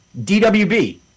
DWB